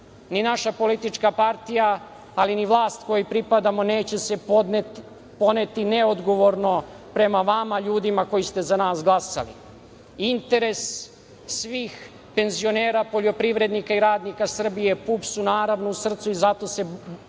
ni naša politička partija, ali ni vlast kojoj pripadamo, neće se poneti neodgovorno prema vama ljudima koji ste za nas glasali. Interes svih penzionera, poljoprivrednika, radnika Srbije, PUPS je naravno u srcu, i zato se borimo